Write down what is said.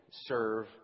serve